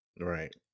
Right